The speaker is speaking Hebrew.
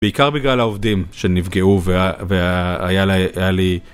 בעיקר בגלל העובדים שנפגעו והיה לי...